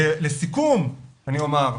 לסיכום אני אומר,